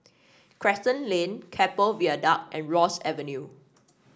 Crescent Lane Keppel Viaduct and Ross Avenue